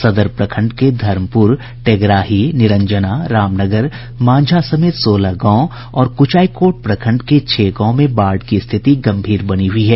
सदर प्रखंड के धर्मपुर टेगराही निरंजना रामनगर मांझा समेत सोलह गांव और कुचायकोट प्रखंड के छह गांव में बाढ़ की स्थिति गंभीर बनी हुई है